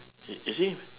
y~ you see